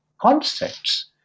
concepts